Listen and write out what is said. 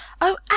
Oh